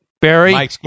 Barry